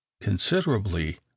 considerably